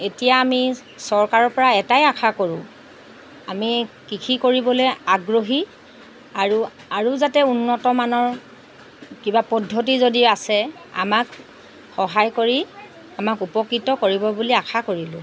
এতিয়া আমি চৰকাৰৰ পৰা এটাই আশা কৰোঁ আমি কৃষি কৰিবলৈ আগ্ৰহী আৰু আৰু যাতে উন্নতমানৰ কিবা পদ্ধতি যদি আছে আমাক সহায় কৰি আমাক উপকৃত কৰিব বুলি আশা কৰিলোঁ